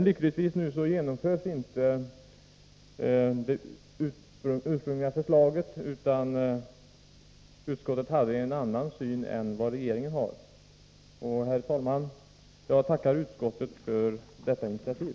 Lyckligtvis genomförs inte det ursprungliga förslaget, utan utskottet har annan syn än vad regeringen har. Herr talman! Jag tackar utskottet för detta initiativ.